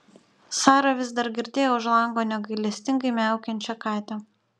sara vis dar girdėjo už lango negailestingai miaukiančią katę